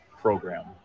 program